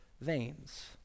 veins